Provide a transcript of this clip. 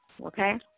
okay